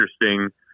interesting